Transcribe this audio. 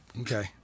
Okay